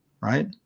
right